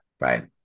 Right